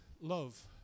love